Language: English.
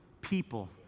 people